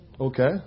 Okay